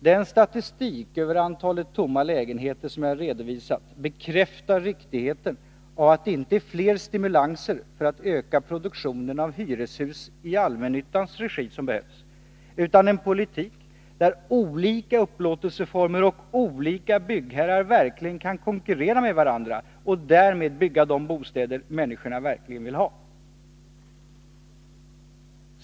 Den statistik över antalet tomma lägenheter som jag redovisat bekräftar riktigheten av att det inte är fler stimulanser för att öka produktionen av hyreshus i allmännyttans regi som behövs, utan en politik som medger att olika upplåtelseformer och olika byggherrar verkligen får konkurrera med varandra och därmed bygga de bostäder människorna verkligen vill ha.